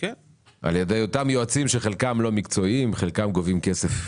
על ידי יועצים שחלקם לא מקצועיים, חלקם גובים כסף.